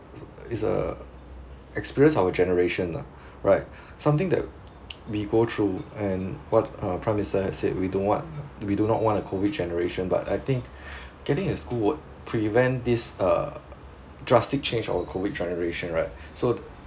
is a experience our generation lah right something that we go through and what uh prime minister have said we don't want we do not want a COVID generation but I think getting a school would prevent this uh drastic change of COVID generation right so